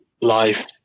life